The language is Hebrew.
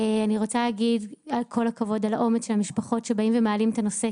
אני רוצה להגיד כל הכבוד על האומץ של המשפחות שמגיעות ומעלות את הנושא.